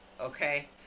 Okay